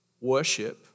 worship